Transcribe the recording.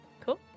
Cool